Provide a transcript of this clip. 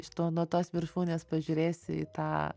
iš to nuo tos viršūnės pažiūrėsi į tą